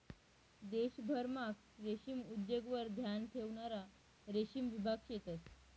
देशभरमा रेशीम उद्योगवर ध्यान ठेवणारा रेशीम विभाग शेतंस